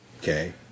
Okay